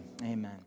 amen